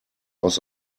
aus